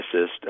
Assist